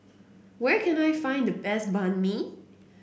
where can I find the best Banh Mi